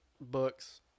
books